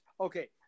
Okay